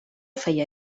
feia